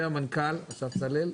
והמנכ"ל אסף צלאל,